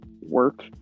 work